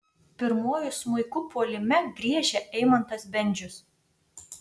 pirmuoju smuiku puolime griežia eimantas bendžius